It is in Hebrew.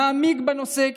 נעמיק בנושא,